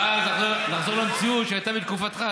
ואז נחזור למציאות שהייתה בתקופתך,